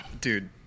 Dude